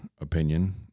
opinion